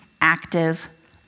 active